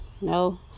no